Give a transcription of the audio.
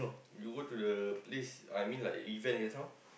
you go to the place I mean like event just now